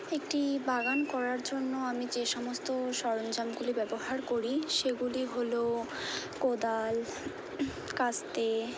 একটি বাগান করার জন্য আমি যে সমস্ত সরঞ্জামগুলি ব্যবহার করি সেগুলি হলো কোদাল কাস্তে